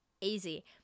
easy